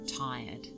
tired